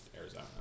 Arizona